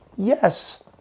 Yes